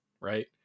right